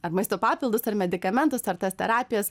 ar maisto papildus ar medikamentus ar tas terapijas